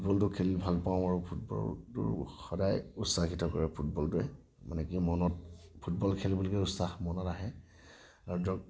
ফুটবলটো খেলি ভাল পাওঁ আৰু ফুটবলটোৱে সদায় উৎসাহিত কৰে ফুটবলটোৱে মানে কি মনত ফুটবল খেল বুলি ক'লে উৎসাহ মনত আহে আৰু ধৰক